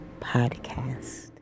Podcast